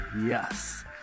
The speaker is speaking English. yes